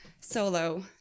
solo